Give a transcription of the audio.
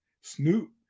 Snoop